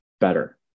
better